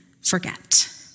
forget